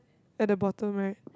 at the bottom right